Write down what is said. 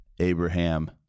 Abraham